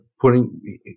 putting